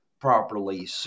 properly